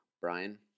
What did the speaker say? Brian